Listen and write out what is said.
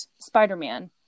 Spider-Man